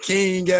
King